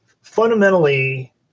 Fundamentally